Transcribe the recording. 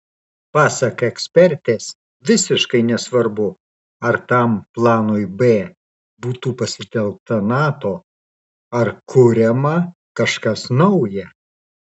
pasak ekspertės visiškai nesvarbu ar tam planui b būtų pasitelkta nato ar kuriama kažkas nauja